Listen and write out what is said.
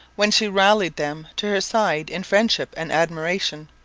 when she rallied them to her side in friendship and admiration.